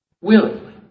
willingly